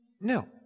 No